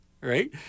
right